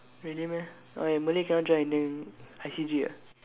really meh why Malay cannot join Indian I_C_G ah